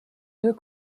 deux